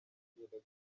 yafatiwe